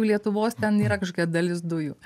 lietuvos ten yra kažkokia dalis dujų